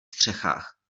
střechách